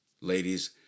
Ladies